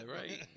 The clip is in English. right